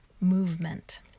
movement